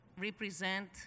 represent